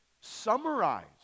Summarize